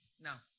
Now